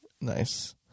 nice